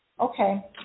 Okay